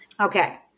Okay